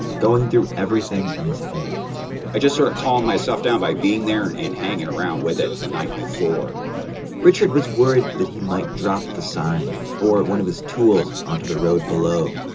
going through everything in his head i just sort of calmed myself down by being there and and hanging around with it the night before richard was worried that he might drop the sign, or one of his tools, onto the road below.